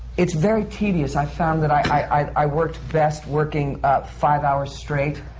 it's very tedious. i found that i i worked best working five hours straight,